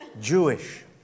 Jewish